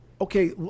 okay